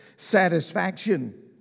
satisfaction